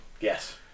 Yes